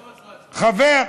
לא רק,